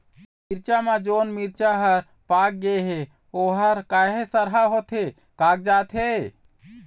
मिरचा म जोन मिरचा हर पाक गे हे ओहर काहे सरहा होथे कागजात हे?